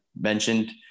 mentioned